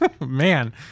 Man